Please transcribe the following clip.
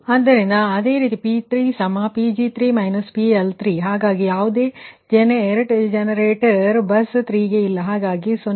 ಆದ್ದರಿಂದ ಅದೇ ರೀತಿ P3 Pg3 − PL3ಹಾಗಾಗಿ ಬಸ್ 3ಗೆ ಯಾವುದೇ ಜೆನೆರೇಟರ್ ಇಲ್ಲ ಹಾಗಾಗಿ 0−138